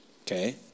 Okay